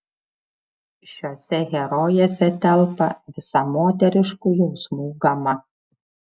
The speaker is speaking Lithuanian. šiose herojėse telpa visa moteriškų jausmų gama